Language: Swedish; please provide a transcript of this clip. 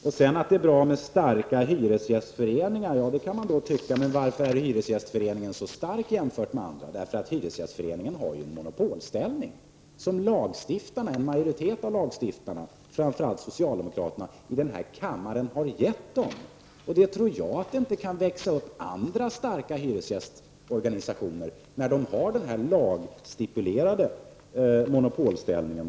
Det sades att det är bra med starka hyresgästföreningar. Det kan man tycka. Men varför är hyresgästföreningen så stark i jämförelse med andra? Det är därför att hyresgästföreningen har en monopolställning som en majoritet av lagstiftarna i denna kammare, framför allt socialdemokraterna, har givit den. Det tror jag det, att det inte kan växa upp andra starka hyresgästorganisationer när hyresgästföreningarna har denna lagsstipulerade monopolställning.